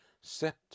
set